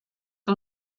que